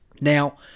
now